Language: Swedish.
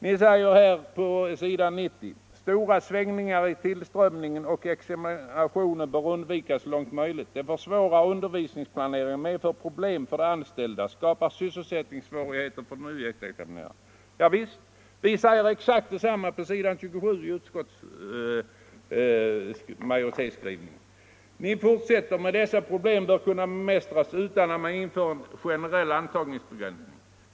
På s. 90 står: ”Stora svängningar i tillströmning och examination bör undvikas så långt som möjligt. De försvårar undervisningsplaneringen, medför problem för de anställda, skapar sysselsättningssvårigheter för de nyutexaminerade m.m.” Javisst! Utskottsmajoriteten säger exakt detsamma på s. 27 i betänkandet. Er reservation fortsätter: ”Men dessa problem bör kunna bemästras utan att man inför en generell antagningsbegränsning.